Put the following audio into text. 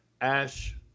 Ash